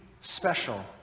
special